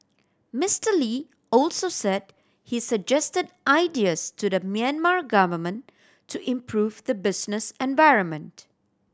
Mister Lee also said he suggested ideas to the Myanmar government to improve the business environment